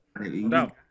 No